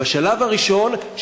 ובשלב הראשון,